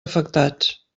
afectats